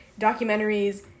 documentaries